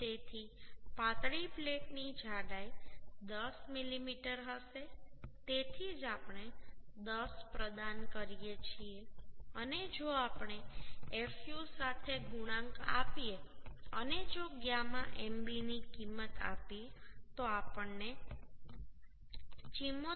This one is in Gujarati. તેથી પાતળી પ્લેટની જાડાઈ 10 મીમી હશે તેથી જ આપણે 10 પ્રદાન કરીએ છીએ અને જો આપણે fu સાથે ગુણાંક આપીએ અને જો γ mb ની કિંમત આપીએ તો આપણને 74